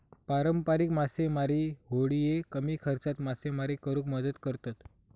पारंपारिक मासेमारी होडिये कमी खर्चात मासेमारी करुक मदत करतत